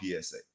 PSA